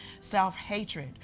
self-hatred